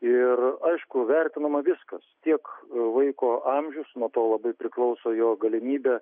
ir aišku vertinama viskas tiek vaiko amžius nuo to labai priklauso jo galimybė